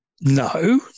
No